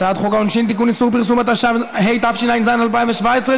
התשע"ח 2017,